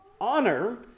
Honor